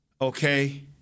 Okay